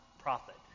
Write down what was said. prophet